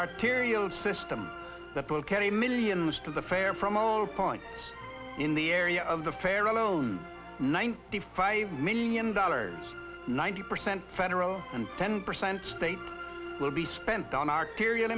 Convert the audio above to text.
arterial system that will carry millions to the fare from a all point in the area of the fair alone ninety five million dollars ninety percent federal and ten percent state will be spent on arterial